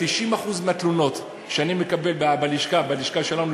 90% מהתלונות שאני מקבל בלשכה שלנו,